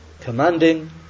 Commanding